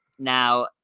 Now